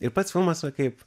ir pats filmas va kaip